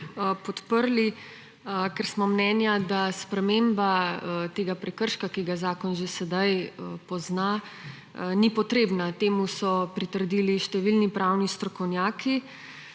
podprli, ker smo mnenja, da sprememba tega prekrška, ki ga zakon že sedaj pozna, ni potrebna. Temu so pritrdili številni pravni strokovnjaki.